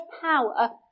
power